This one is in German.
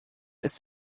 ist